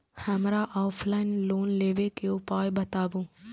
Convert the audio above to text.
हमरा offline loan लेबे के उपाय बतबु?